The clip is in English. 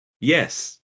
Yes